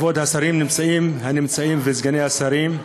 כבוד השרים הנמצאים וסגני השרים,